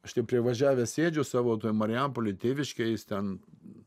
aš ten privažiavęs sėdžiu savo toje marijampolėj tėviškėj jis ten